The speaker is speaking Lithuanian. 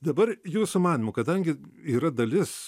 dabar jūsų manymu kadangi yra dalis